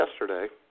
yesterday